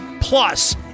Plus